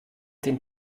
den